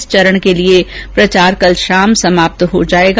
इस चरण के लिए प्रचार कल शाम समाप्त हो जाएगा